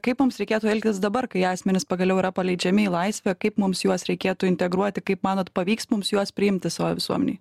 kaip mums reikėtų elgtis dabar kai asmenys pagaliau yra paleidžiami į laisvę kaip mums juos reikėtų integruoti kaip manot pavyks mums juos priimti savo visuomenėj